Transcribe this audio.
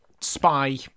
spy